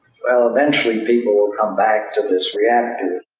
well, eventually people will come back to this reactor.